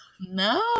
No